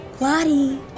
Lottie